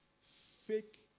fake